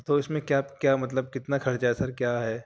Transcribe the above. تو اِس میں کیا کیا مطلب کتنا خرچہ ہے سر کیا ہے